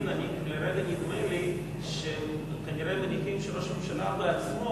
לרגע נדמה לי שכנראה מניחים שראש הממשלה בעצמו,